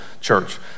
church